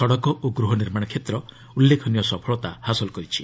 ସଡ଼କ ଓ ଗୃହନିର୍ମାଣ କ୍ଷେତ୍ର ଉଲ୍ଲେଖନୀୟ ସଫଳତା ହାସଲ କରିଛି